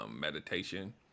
meditation